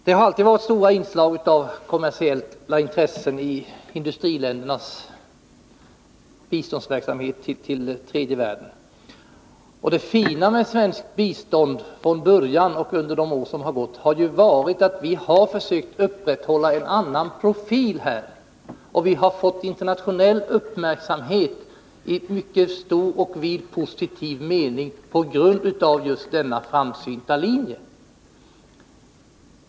Det har alltid funnits ett stort inslag av kommersiella intressen i industriländernas bistånd till tredje världen. Det fina med svenskt bistånd från början och under de år som gått har ju varit att vi har försökt upprätthålla en annan profil. Sverige har fått internationell uppmärksamhet i positiv mening på grund av just denna framsynta linje.